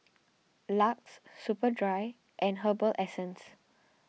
Lux Superdry and Herbal Essences